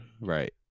right